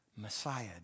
messiah